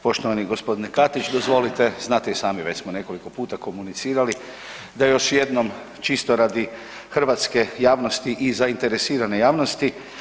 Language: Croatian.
Poštovani g. Katić, dozvolite, znate i sami, već smo nekoliko puta komunicirali da još jednom čisto radi hrvatske javnosti i zainteresirane javnosti.